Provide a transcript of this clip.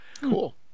Cool